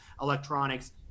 electronics